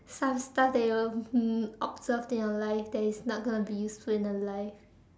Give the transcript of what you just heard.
start start table um observed in your life that is not going to be useful in your life